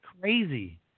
crazy